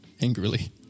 Angrily